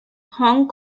hong